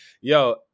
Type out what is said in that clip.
yo